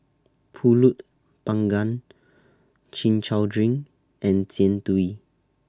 Pulut Panggang Chin Chow Drink and Jian Dui